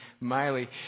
Miley